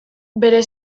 bere